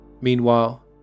Meanwhile